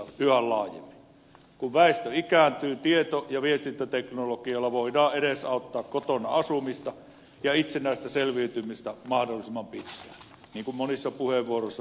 kun väestö ikääntyy tieto ja viestintäteknologialla voidaan edesauttaa kotona asumista ja itsenäistä selviytymistä mahdollisimman pitkään niin kuin monissa puheenvuoroissa myös täällä on todettu